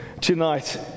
tonight